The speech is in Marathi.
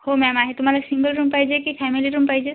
हो मॅम आहे तुम्हाला सिंगल रूम पाहिजे की फॅमिली रूम पाहिजे